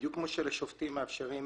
אורי סירקיס, מנכ"ל ישראייר.